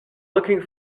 looking